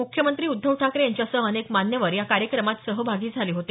मुख्यमंत्री उद्धव ठाकरे यांच्यासह अनेक मान्यवर या कार्यक्रमात सहभागी झाले होते